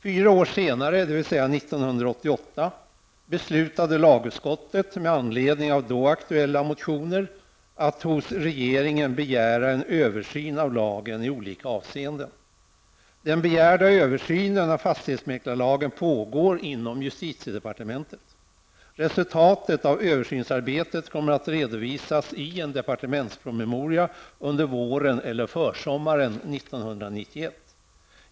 Fyra år senare, dvs. 1988, beslutade riksdagen med anledning av då aktuella motioner att hos regeringen begära översyn av lagen i olika avseenden. Den begärda översynen av fastighetsmäklarlagen pågår inom justitiedepartementet. Resultatet av översynsarbetet kommer att redovisas i en departementspromemoria under våren eller försommaren 1991.